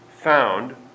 found